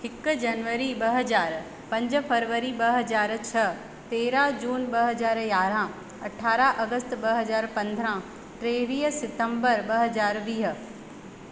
हिकु जनवरी ॿ हज़ार पंज फरवरी ॿ हज़ार छह तेरहं जून ॿ हज़ार यारहं अठारहं अगस्त ॿ हज़ार पंद्रहं टेवीह सितम्बर ॿ हज़ार वीह